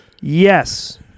Yes